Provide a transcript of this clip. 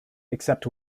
except